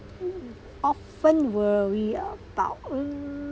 often worry about mm